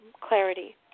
clarity